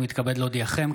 אני מתכבד להודיעכם,